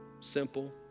simple